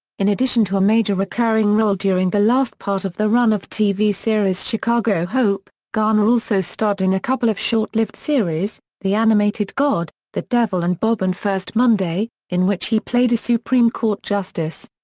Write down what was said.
in addition to a major recurring role during the last part of the run of tv series chicago hope, garner also starred in a couple of short-lived series, the animated god, the devil and bob and first monday, in which he played a supreme court justice.